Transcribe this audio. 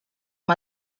amb